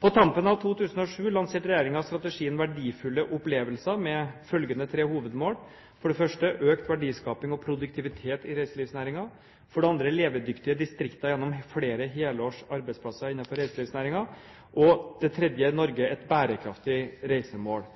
På tampen av 2007 lanserte regjeringen strategien «Verdifulle opplevelser» med følgende tre hovedmål: økt verdiskaping og produktivitet i reiselivsnæringen levedyktige distrikter gjennom flere helårs arbeidsplasser innenfor reiselivsnæringen Norge – et bærekraftig reisemål Nå er